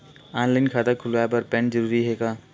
Online खाता खुलवाय बर पैन जरूरी हे का?